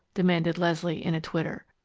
demanded leslie, in a twitter.